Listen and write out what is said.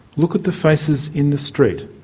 look at the faces in the street,